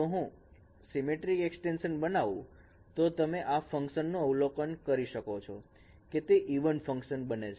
જો હું symmetric extension બનાવું તો તમે આ ફંકશનનું અવલોકન કરી શકો છો કે તે ઈવન ફંકશન બને છે